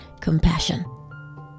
compassion